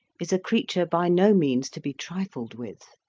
is a creature by no means to be trifled with.